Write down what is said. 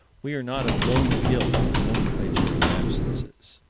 we are not of lonely guilt in the nomenclature of absences